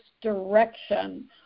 direction